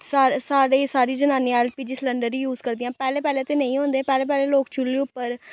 साढ़े साढ़े सारी जनानियां ऐल्ल पी जी सलैंडर गै यूज करदियां पैह्लें पैह्लें ते नेईं होंदे ऐ पैह्लें पैह्लें लोक चु'ल्ली उप्पर